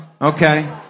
Okay